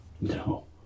No